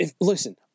Listen